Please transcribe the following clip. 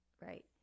right